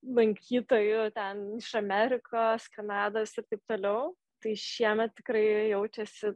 lankytojų ten iš amerikos kanados ir taip toliau tai šiemet tikrai jaučiasi